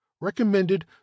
recommended